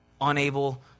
Unable